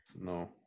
No